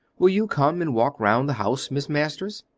will you come and walk round the house, miss masters?